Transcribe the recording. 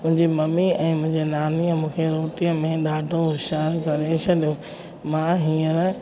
मुंहिंजी मम्मी ऐं मुंहिंजे नानीअ मूंखे रोटीअ में ॾाढो होशियारु करे छॾियो मां हींअर